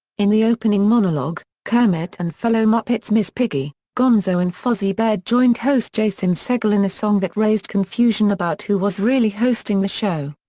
in the opening monologue, kermit and fellow muppets miss piggy, gonzo and fozzie bear joined host jason segel in a song that raised confusion about who was really hosting the show.